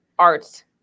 arts